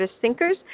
thinkers